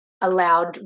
allowed